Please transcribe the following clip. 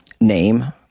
name